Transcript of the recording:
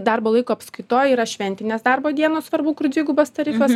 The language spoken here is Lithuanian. darbo laiko apskaitoj yra šventinės darbo dienos svarbu kur dvigubas tarifas